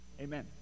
Amen